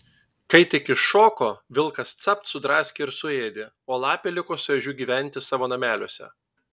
kai tik iššoko vilkas capt sudraskė ir suėdė o lapė liko su ežiu gyventi savo nameliuose